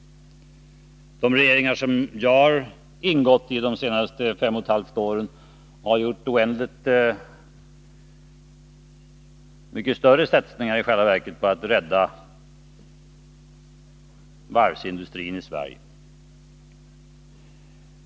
De regeringar som jag har ingått i under de senaste 5,5 åren har i själva verket gjort oändligt mycket större satsningar på att rädda varvsindustrin i Sverige.